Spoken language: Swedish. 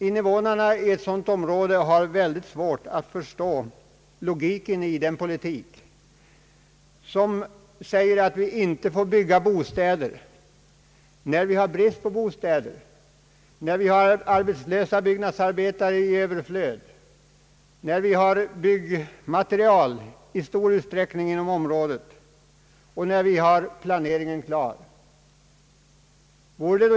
Invånarna i ett sådant område har mycket svårt att förstå logiken i en politik som innebär att vi inte får bygga bostäder; när vi har brist på bostäder, när vi har arbetslösa byggnadsarbetare i överflöd, när byggnadsmaterial i stor utsträckning finns inom området och när vi har planeringen klar.